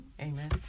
Amen